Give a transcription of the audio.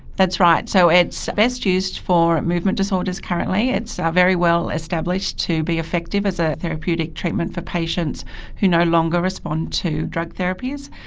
that's right. so it's best used for movement disorders currently, it's very well established to be effective as a therapeutic treatment for patients who no longer respond to drug therapies.